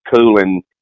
cooling